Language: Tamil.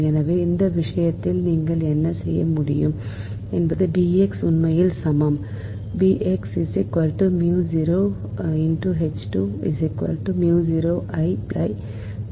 எனவே இந்த விஷயத்தில் நீங்கள் என்ன செய்ய முடியும் என்பது B x உண்மையில் சமம்